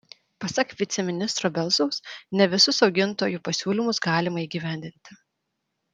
pasak viceministro belzaus ne visus augintojų pasiūlymus galima įgyvendinti